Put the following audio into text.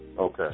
Okay